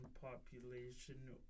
population